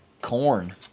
corn